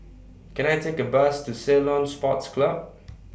Can I Take A Bus to Ceylon Sports Club